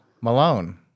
Malone